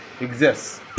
exists